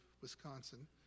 Wisconsin